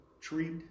treat